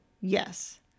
Yes